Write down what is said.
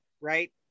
right